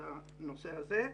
על הנושא הזה,